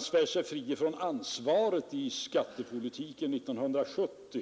svär sig fri från ansvaret för skattepolitiken 1970.